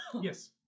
Yes